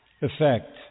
effect